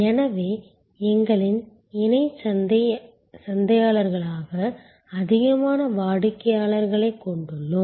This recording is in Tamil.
எனவே எங்களின் இணைச் சந்தையாளர்களாக அதிகமான வாடிக்கையாளர்களைக் கொண்டுள்ளோம்